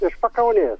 iš pakaunės